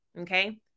okay